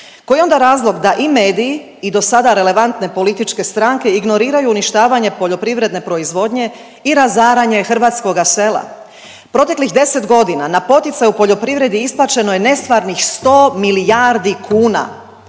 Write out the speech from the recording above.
Koji je onda razlog da i mediji i do sada relevantne političke stranke ignoriraju uništavanje poljoprivredne proizvodnje i razaranje hrvatskoga sela? Proteklih 10 godina na poticaje u poljoprivredi isplaćeno je nestvarnih 100 milijardi kuna.